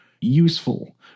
useful